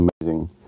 amazing